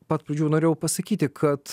pat pradžių norėjau pasakyti kad